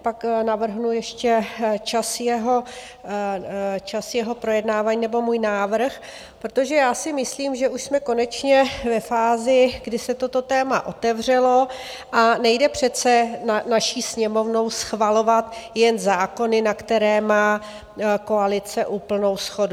Pak navrhnu ještě čas jeho projednávání nebo můj návrh, protože si myslím, že už jsme konečně ve fázi, kdy se toto téma otevřelo, a nejde přece na naší Sněmovnou schvalovat jen zákony, na kterých koalice úplnou shodu.